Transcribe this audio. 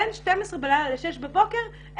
בין 12:00 בלילה ל-6:00 בבוקר.